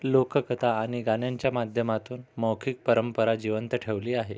लोककथा आणि गाण्यांच्या माध्यमातून मौखिक परंपरा जिवंत ठेवली आहे